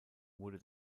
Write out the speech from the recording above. wurde